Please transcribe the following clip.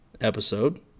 episode